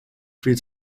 free